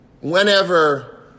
Whenever